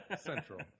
Central